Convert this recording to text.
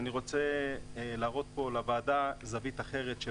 אני רוצה להראות לוועדה זווית אחרת של